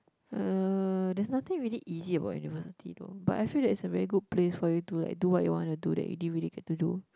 uh there's nothing really easy about university though but I feel that it's a very good place for you to like do what you wanna do that you didn't really get to do